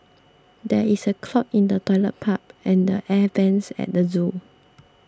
there is a clog in the Toilet Pipe and the Air Vents at the zoo